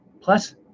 plus